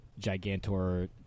Gigantor